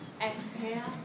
exhale